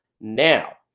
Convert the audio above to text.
Now